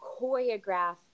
choreograph